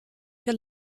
für